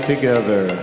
together